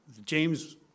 James